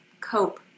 cope